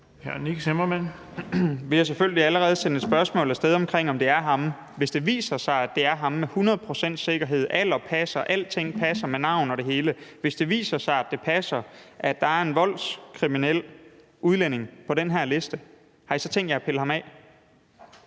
Vi har selvfølgelig allerede sendt et spørgsmål af sted om, hvorvidt det er ham. Hvis det viser sig, at det med hundrede procents sikkerhed er ham, at alderen passer, at alting passer med navn og det hele, hvis det viser sig, at det passer, at der er en voldskriminel udlænding på den her liste, har I så tænkt jer at pille ham af